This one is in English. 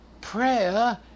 Prayer